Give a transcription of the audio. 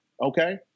Okay